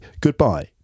goodbye